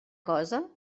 cosa